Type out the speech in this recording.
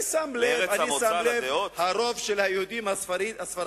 אני שם לב שהרוב של היהודים הספרדים,